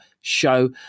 show